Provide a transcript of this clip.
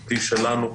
החוקתי שלנו,